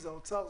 זה האוצר,